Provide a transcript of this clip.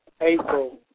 April